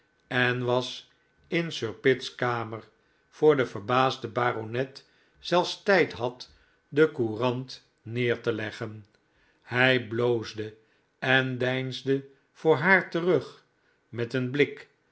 en was in sir pitt's kamer voor de verbaasde baronet zelfs tijd had de courant neer te leggen hij bloosde en deinsde voor haar terug met een blik